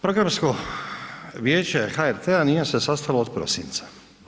Programsko vijeće HRT-a nije se sastalo od prosinca.